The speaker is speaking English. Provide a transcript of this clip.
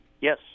Yes